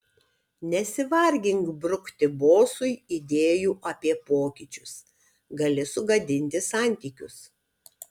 nesivargink brukti bosui idėjų apie pokyčius gali sugadinti santykius